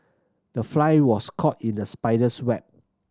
the fly was caught in the spider's web